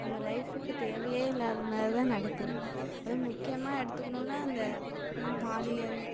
நம்ம லைஃபுக்குத் தேவையே இல்லாத மாதிரி தான் நடக்குது அதுவும் முக்கியமாக எடுத்துக்கணும்னா இந்த பாலியல்